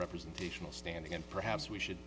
representational standing and perhaps we should